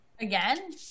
again